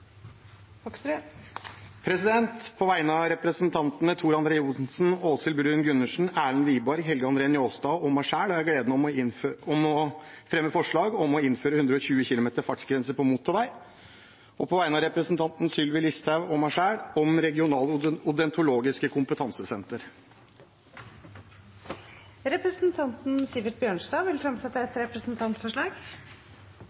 På vegne av representantene Tor André Johnsen, Åshild Bruun-Gundersen, Erlend Wiborg, Helge André Njåstad og meg selv har jeg gleden av å fremme forslag om å innføre 120 km fartsgrense på motorvei. På vegne av representanten Sylvi Listhaug og meg selv har jeg også gleden av å fremme forslag om regionale odontologiske kompetansesenter. Representanten Sivert Bjørnstad vil fremsette et